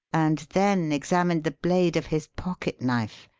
and then examined the blade of his pocket knife.